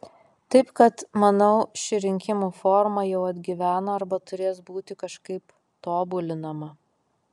taip kad manau ši rinkimų forma jau atgyveno arba turės būti kažkaip tobulinama